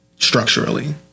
structurally